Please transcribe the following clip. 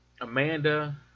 Amanda